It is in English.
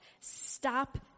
Stop